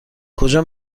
کجا